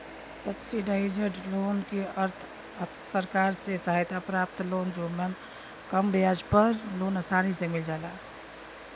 subsidised loan क अर्थ सरकार से सहायता प्राप्त लोन जेमन कम ब्याज पर लोन आसानी से मिल जाला